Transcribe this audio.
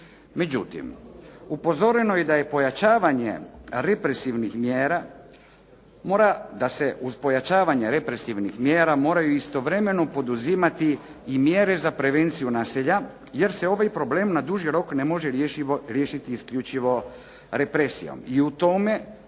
mjera mora, da se uz pojačavanje represivnih mjera moraju istovremeno poduzimati i mjere za prevenciju nasilja jer se ovaj problem na duži rok ne može riješiti isključivo represijom. I u tome